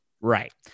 Right